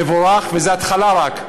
תבורך, וזו רק ההתחלה.